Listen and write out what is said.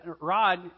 Rod